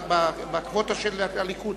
של חבר הכנסת דני דנון.